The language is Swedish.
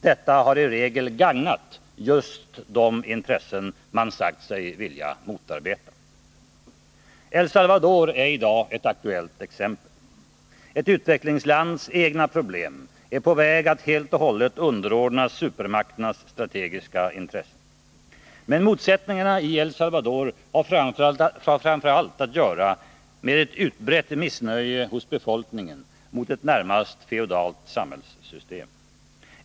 Detta har i regel gagnat just de intressen man sagt sig vilja motarbeta. El Salvador är i dag ett aktuellt exempel. Ett utvecklingslands egna problem är på väg att helt och hållet underordnas supermakternas strategiska intressen. Men motsättningarna i El Salvador har framför allt att göra med ett utbrett missnöje hos befolkningen mot ett närmast feodalt samhällssystem.